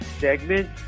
Segment